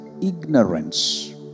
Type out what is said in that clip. ignorance